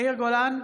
יאיר גולן,